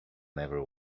never